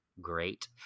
great